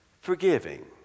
forgiving